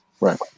Right